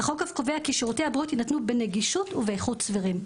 החוק אף קובע כי שירותי הבריאות יינתנו בנגישות ובאיכות סבירים,